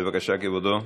בבקשה, כבודו,